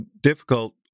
difficult